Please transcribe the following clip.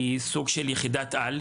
והיא יחידת על.